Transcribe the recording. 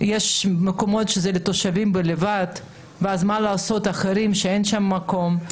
יש מקומות שמיועדים רק לתושבי האזור בלבד ולאחרים אין שם מקום,